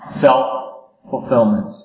Self-fulfillment